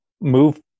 move